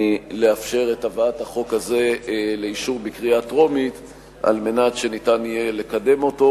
לאפשר את הבאת החוק הזה לאישור בקריאה טרומית כדי שניתן יהיה לקדם אותו.